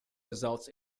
results